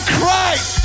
Christ